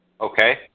Okay